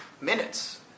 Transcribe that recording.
minutes